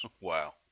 Wow